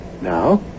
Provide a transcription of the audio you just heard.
Now